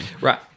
Right